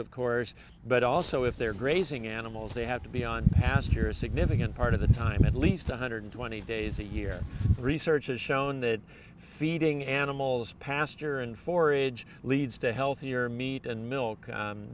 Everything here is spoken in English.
of course but also if they're grazing animals they have to be on ask your significant part of the time at least one hundred twenty days a year research has shown that feeding animals pasture and forage leads to healthier meat and milk